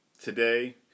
today